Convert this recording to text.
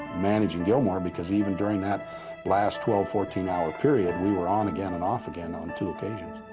managing gilmore because even during that last twelve fourteen hour period we were on again and off again on two occasions